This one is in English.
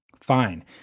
fine